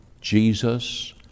Jesus